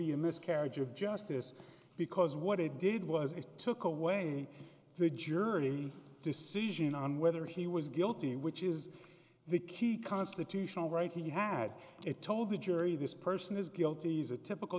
be a miscarriage of justice because what it did was it took away the jury decision on whether he was guilty which is the key constitutional right he had it told the jury this person is guilty he's a typical